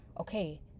okay